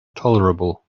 tolerable